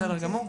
בסדר גמור.